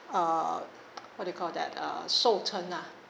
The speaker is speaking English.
uh what do you call that uh sou chen lah